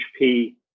HP